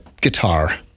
guitar